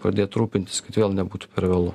pradėt rūpintis kad vėl nebūtų per vėlu